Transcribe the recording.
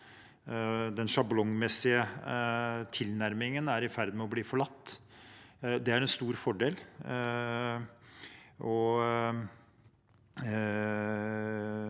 Den sjablongmessige tilnærmingen er i ferd med å bli forlatt. Det er en stor fordel